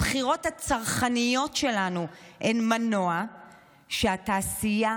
הבחירות הצרכניות שלנו הן מנוע של תעשייה